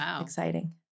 exciting